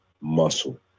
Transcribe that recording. muscle